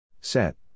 Set